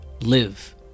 live